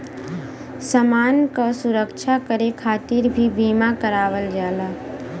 समान क सुरक्षा करे खातिर भी बीमा करावल जाला